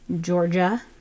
georgia